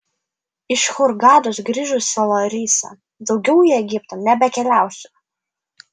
iš hurgados grįžusi larisa daugiau į egiptą nebekeliausiu